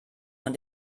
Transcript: man